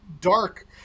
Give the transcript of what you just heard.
dark